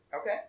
Okay